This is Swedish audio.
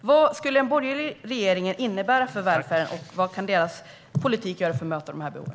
Vad skulle en borgerlig regering innebära för välfärden, och vad kan deras politik göra för att möta behoven?